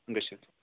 گٔژھِتھ